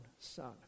son